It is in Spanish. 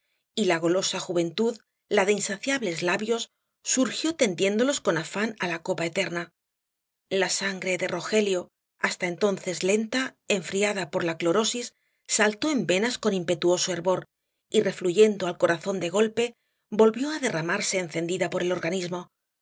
y la golosa juventud la de insaciables labios surgió tendiéndolos con afán á la copa eterna la sangre de rogelio hasta entonces lenta enfriada por la clorosis saltó en las venas con impetuoso hervor y refluyendo al corazón de golpe volvió á derramarse encendida por el organismo